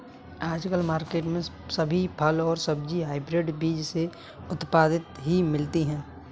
आजकल मार्केट में सभी फल और सब्जी हायब्रिड बीज से उत्पादित ही मिलती है